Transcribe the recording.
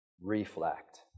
reflect